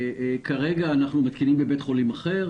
כרגע אנחנו מתקינים בבית חולים אחר.